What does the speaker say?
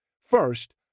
first